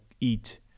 eat